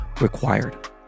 required